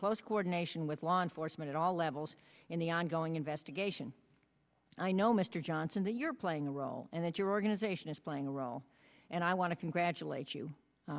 close coordination with law enforcement at all levels in the ongoing investigation and i know mr johnson that you're playing a role and that your organization is playing a role and i want to congratulate you